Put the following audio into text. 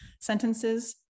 sentences